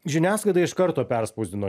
žiniasklaida iš karto perspausdino